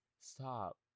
Stop